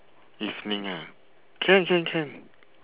evening ah can can can